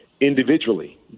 individually